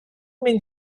mean